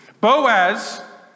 Boaz